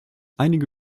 einige